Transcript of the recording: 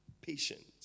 Patient